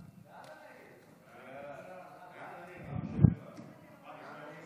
להעביר את הצעת חוק לייעול הפיקוח והאכיפה העירוניים